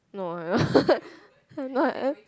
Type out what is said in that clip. no I never no I